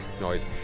noise